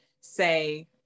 say